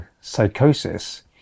psychosis